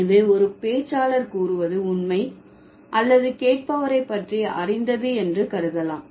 எனவே ஒரு பேச்சாளர் கூறுவது உண்மை அல்லது கேட்பவரை பற்றி அறிந்தது என்று கருதலாம்